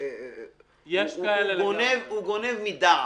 הוא גונב מדעת.